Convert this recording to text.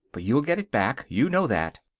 but you'll get it back. you know that.